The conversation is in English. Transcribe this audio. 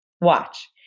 Watch